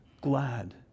glad